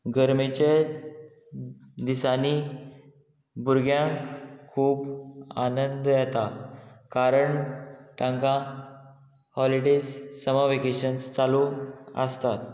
गरमेचे दिसांनी भुरग्यांक खूब आनंद येता कारण तांकां हॉलिडेज समर वेकेशन्स चालू आसतात